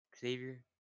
Xavier